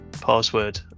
password